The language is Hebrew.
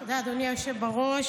תודה, אדוני היושב בראש.